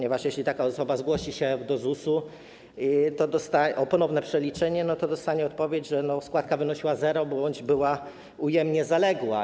Jeżeli taka osoba zgłosi się do ZUS-u o ponowne przeliczenie, to dostanie odpowiedź, że składka wynosiła zero bądź była ujemna, zaległa.